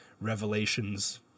Revelations